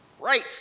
right